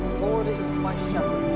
lord is my